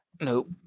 Nope